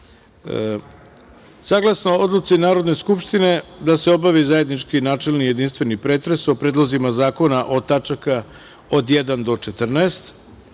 dana. Saglasno odluci Narodne skupštine da se obavi zajednički načelni i jedinstveni pretres o predlozima zakona iz tačaka od 1. do 14,